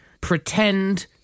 pretend